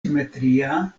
simetria